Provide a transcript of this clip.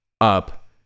up